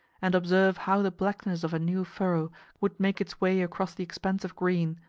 and observe how the blackness of a new furrow would make its way across the expanse of green,